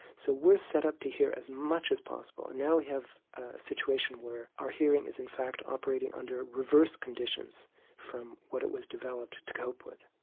so we're set up to hear as much as possible. and now we have a situation where our hearing is in fact operating under reverse conditions from what it was developed to cope with.